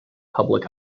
public